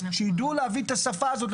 שידעו להביא את השפה הזאת,